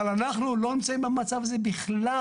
אבל אנחנו לא נמצאים במצב הזה בכלל.